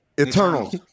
Eternals